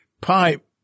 pipe